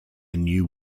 new